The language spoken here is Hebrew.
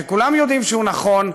שכולם יודעים שהוא נכון,